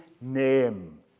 name